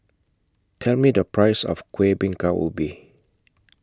Tell Me The Price of Kuih Bingka Ubi